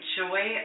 joy